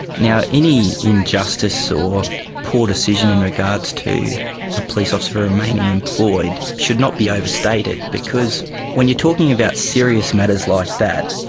any injustice or poor decision in regards to a police officer remaining employed should not be overstated because when you are talking about serious matters like that,